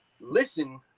Listen